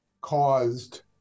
caused